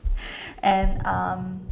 and um